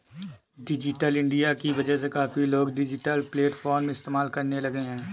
digital India की वजह से काफी लोग डिजिटल प्लेटफ़ॉर्म इस्तेमाल करने लगे हैं